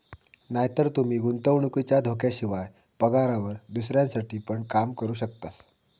नायतर तूमी गुंतवणुकीच्या धोक्याशिवाय, पगारावर दुसऱ्यांसाठी पण काम करू शकतास